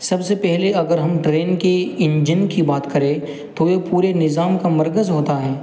سب سے پہلے اگر ہم ٹرین کی انجن کی بات کریں تو یہ پورے نظام کا مرکز ہوتا ہے